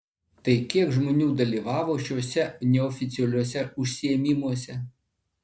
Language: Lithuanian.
tai kiek žmonių dalyvavo šiuose neoficialiuose užsiėmimuose